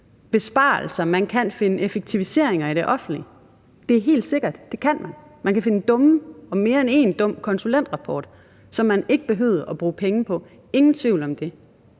besparelser, og man kan finde effektiviseringer i det offentlige. Det er helt sikkert, det kan man. Man kan finde dumme og mere end én dum konsulentrapport, som man ikke behøvede at bruge penge på. Ingen tvivl om det.